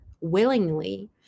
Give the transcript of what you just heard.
willingly